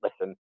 Listen